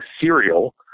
serial